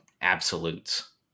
absolutes